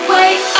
Wait